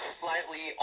slightly